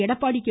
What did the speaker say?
Edappadi K